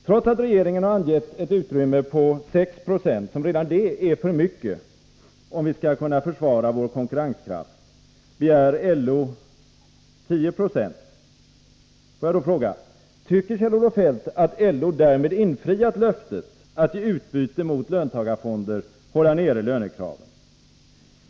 Trots att regeringen har angett ett utrymme på 6 90, vilket redan det är för mycket om vi skall kunna försvara vår konkurrenskraft, begär LO 10 26. Då frågar jag: Tycker Kjell-Olof Feldt att LO därmed infriat löftet att i utbyte mot löntagarfonder hålla nere lönekraven?